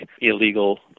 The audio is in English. illegal